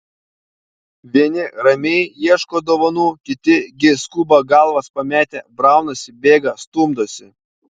vieni ramiai ieško dovanų kiti gi skuba galvas pametę braunasi bėga stumdosi